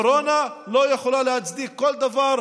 קורונה לא יכולה להצדיק כל דבר,